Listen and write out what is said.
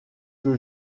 que